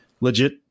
legit